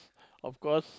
of course